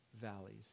valleys